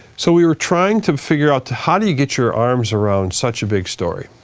so we were trying to figure out to how do you get your arms around such a big story,